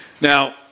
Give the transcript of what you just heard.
Now